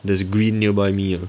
there's green nearby me